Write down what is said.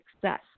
success